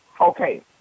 Okay